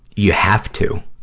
you have to,